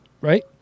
right